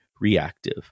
reactive